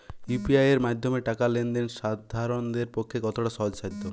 UPI এর মাধ্যমে টাকা লেন দেন সাধারনদের পক্ষে কতটা সহজসাধ্য?